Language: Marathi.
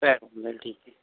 काही हरकत नाही ठीक आहे